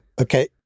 Okay